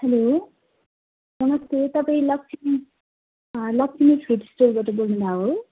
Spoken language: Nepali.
हेलो नमस्ते तपाईँ लक्ष्मी लक्ष्मी फ्रुट्स स्टोरबाट बोल्नु भएको हो